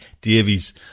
davies